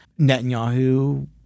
Netanyahu